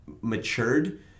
matured